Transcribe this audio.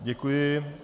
Děkuji.